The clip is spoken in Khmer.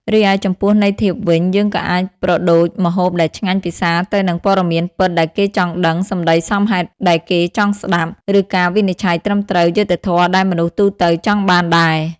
រីឯចំពោះន័យធៀបវិញ យើងក៏អាចប្រដូចម្ហូបដែលឆ្ងាញ់ពិសាទៅនឹង ព័ត៌មានពិតដែលគេចង់ដឹង សម្ដីសមហេតុដែលគេចង់ស្ដាប់ ឬការវិនិច្ឆ័យត្រឹមត្រូវ យុត្តិធម៌ដែលមនុស្សទូទៅចង់បានដែរ។